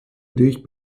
dich